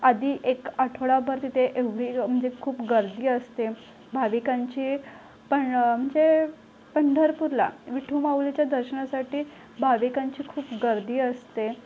आधी एक आठवडाभर तिथे एवढी म्हणजे खूप गर्दी असते भाविकांची म्हणजे पंढरपूरला विठू माऊलीच्या दर्शनासाठी भाविकांची खूप गर्दी असते